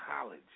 college